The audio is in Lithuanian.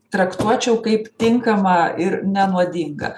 traktuočiau kaip tinkamą ir nenuodingą